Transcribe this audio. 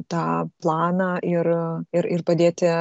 tą planą ir ir ir padėti